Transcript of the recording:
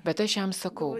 bet aš jam sakau